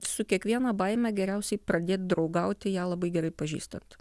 su kiekviena baime geriausiai pradėt draugauti ją labai gerai pažįstant